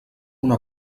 una